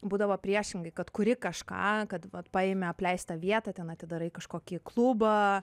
būdavo priešingai kad kuri kažką kad vat paimi apleistą vietą ten atidarai kažkokį klubą